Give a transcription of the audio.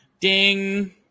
Ding